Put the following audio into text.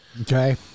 Okay